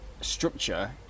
structure